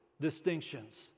distinctions